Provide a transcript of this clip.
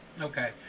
Okay